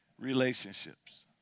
relationships